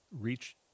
reach